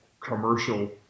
commercial